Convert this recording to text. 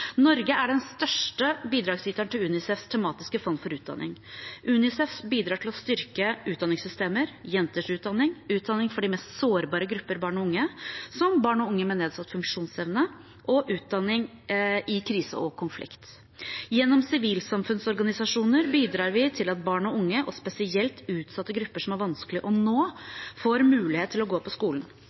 Norge er den største bidragsyteren til UNICEFs tematiske fond for utdanning. UNICEF bidrar til å styrke utdanningssystemer, jenters utdanning, utdanning for de mest sårbare grupper barn og unge, som barn og unge med nedsatt funksjonsevne, og utdanning i krise og konflikt. Gjennom sivilsamfunnsorganisasjoner bidrar vi til at barn og unge og spesielt utsatte grupper som er vanskelig å nå, får mulighet til å gå på skolen.